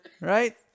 Right